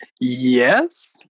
Yes